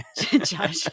Josh